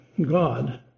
God